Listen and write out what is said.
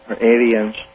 aliens